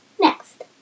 Next